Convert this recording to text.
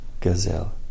gazelle